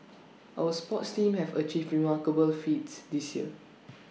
our sports teams have achieved remarkable feats this year